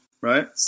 right